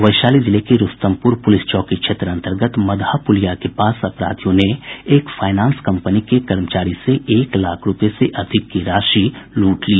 वैशाली जिले के रूस्तमपुर पुलिस चौकी क्षेत्र अन्तर्गत मदहा पुलिया के पास अपराधियों ने एक फाइनांस कम्पनी के कर्मचारी से एक लाख रूपये से अधिक की राशि लूट ली